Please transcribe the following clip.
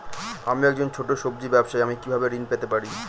আমি একজন ছোট সব্জি ব্যবসায়ী আমি কিভাবে ঋণ পেতে পারি?